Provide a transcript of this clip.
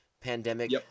pandemic